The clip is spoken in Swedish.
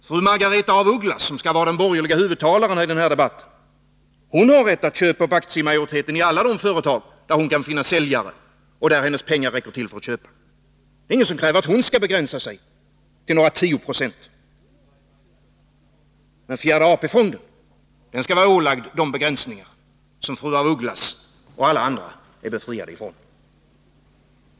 Fru Margaretha af Ugglas, som skall vara den borgerliga huvudtalaren i den här debatten, har rätt att köpa upp aktiemajoriteten i alla de företag där hon kan finna säljare och där hennes pengar räcker till för att köpa. Det är ingen som kräver att hon skall begränsa sig till några 10 96. Men fjärde AP-fonden skall vara ålagd de begränsningar som fru af Ugglas och alla andra är befriade från.